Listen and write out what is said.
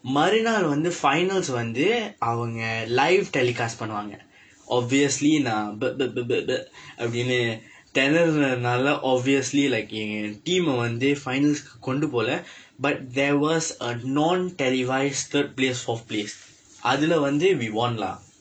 marina-lae வந்து:vandthu finals வந்து அவங்க:vandthu avangka live telecast பண்ணுவாங்க:pannuvaangka obviously lah bu~ bu~ bu~ bu~ bu~ அப்படினு தினறனல்ல:appadinu thinaranalla obviously like எங்க:engka team-aa வந்து:vandthu finals-ukku கொண்டு போகவில்லை:kondu pookavillai but there was a non telecasted third placed fourth place அதுல வந்து:athula vandthu we won lah